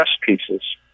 pieces